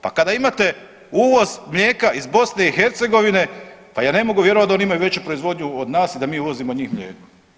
Pa kada imate uvoz mlijeka iz BiH pa ja ne mogu vjerovati da oni imaju veću proizvodnju od nas i da mi uvozimo od njih mlijeko.